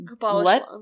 Let